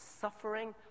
suffering